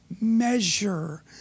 measure